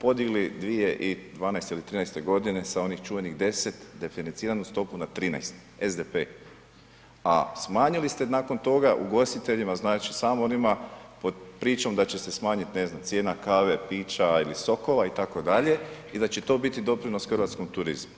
podigli 2012. ili '13. godine sa onih čuvenih 10 definanciranu stopu na 13 SDP, a smanjili ste nakon toga ugostiteljima znači samo onima, pod pričom da će se smanjit ne znam cijena kave, pića ili sokova itd., i da će to biti doprinos hrvatskom turizmu.